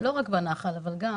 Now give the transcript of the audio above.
לא רק בנח"ל, אבל גם.